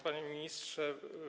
Panie Ministrze!